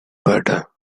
butter